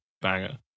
banger